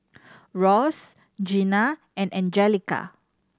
Ross Gina and Angelica